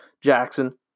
Jackson